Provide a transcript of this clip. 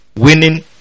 Winning